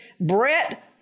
Brett